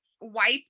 wipe